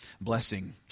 blessing